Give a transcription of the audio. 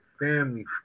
family